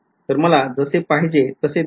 तर मला जसे पाहिजे तसे दिसत नाही